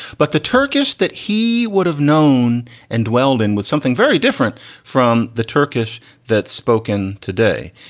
but the turkish that he would have known and dwelled in with something very different from the turkish that spoken today.